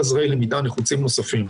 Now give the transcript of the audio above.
וכל עזרי הלמידה הנחוצים הנוספים.